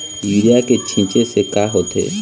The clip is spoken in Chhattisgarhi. यूरिया के छींचे से का होथे?